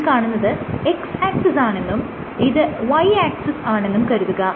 ഈ കാണുന്നത് x axis ആണെന്നും ഇത് y ആക്സിസ് ആണെന്നും കരുതുക